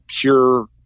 pure